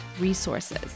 resources